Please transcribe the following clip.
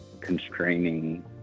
constraining